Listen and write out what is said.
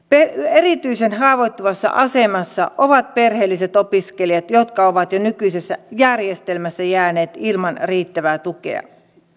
erityisen haavoittuvassa asemassa ovat perheelliset opiskelijat jotka ovat jo nykyisessä järjestelmässä jääneet ilman riittävää tukea